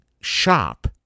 shop